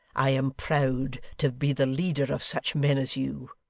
i am proud to be the leader of such men as you